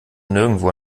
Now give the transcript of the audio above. nirgendwo